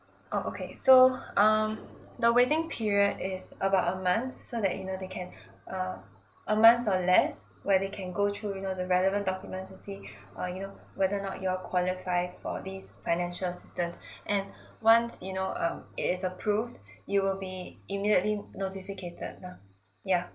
oh okay so um the waiting period is about a month so that you know they can uh a month or less where they can go through you know the relevant documents and see uh you know whether or not you're qualify for this financial assistance and once you know um it is approved you will be immediately notificated lah yeah